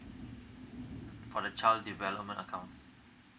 for the child development account